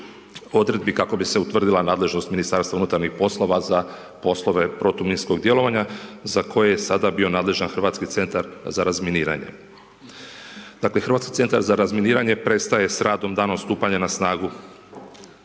odredbi kako bi se utvrdila nadležnost ministarstva unutarnjih poslova za poslove protuminskog djelovanja za koje je sada bio nadležan Hrvatski centar za razminiranje. Dakle, Hrvatski centar za razminiranje prestaje s radom danom stupanja na snagu